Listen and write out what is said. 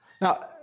Now